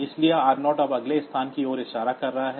इसलिए r0 अब अगले स्थान की ओर इशारा कर रहा है